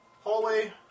hallway